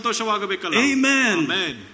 Amen